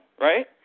right